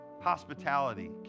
hospitality